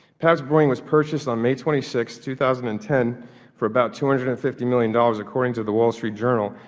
pabst brewing was purchased on may twenty sixth purchased two thousand and ten for about two hundred and fifty million dollars, according to the wall street journal,